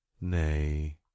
Nay